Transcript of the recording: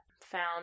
found